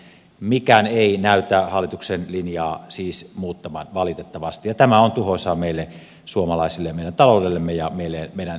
mikään ei näytä hallituksen linjaa siis muuttavan valitettavasti ja tämä on tuhoisaa meille suomalaisille meidän taloudellemme ja meidän työllisyydellemme